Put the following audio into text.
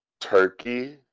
turkey